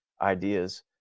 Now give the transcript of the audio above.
ideas